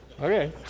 Okay